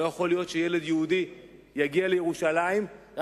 לא יכול להיות שילד יהודי יגיע לירושלים רק